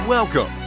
Welcome